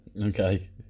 Okay